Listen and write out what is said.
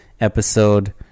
Episode